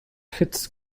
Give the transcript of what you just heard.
hits